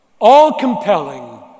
all-compelling